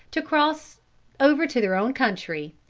to cross over to their own country.